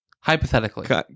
Hypothetically